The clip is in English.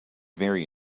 very